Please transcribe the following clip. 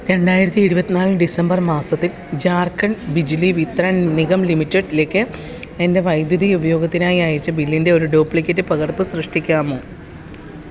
രണ്ടായിരത്തി ഇരുപത്തി നാല് ഡിസംബർ മാസത്തിൽ ജാർഖണ്ഡ് ബിജ്ലിവിത്രാൻ നിഗം ലിമിറ്റഡ് ലേക്ക് എൻ്റെ വൈദ്യുതി ഉപയോഗത്തിനായി അയച്ച ബില്ലിൻ്റെ ഒരു ഡ്യൂപ്ലിക്കേറ്റ് പകർപ്പ് സൃഷ്ടിക്കാമോ